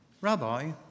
Rabbi